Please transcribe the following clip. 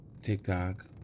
TikTok